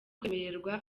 kwemererwa